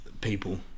people